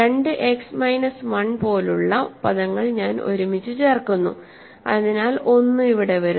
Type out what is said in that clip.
2 x minus 1 പോലുള്ള പദങ്ങൾ ഞാൻ ഒരുമിച്ച് ചേർക്കുന്നു അതിനാൽ 1 ഇവിടെ വരുന്നു